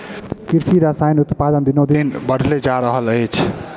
कृषि रसायनक उत्पादन दिनोदिन बढ़ले जा रहल अछि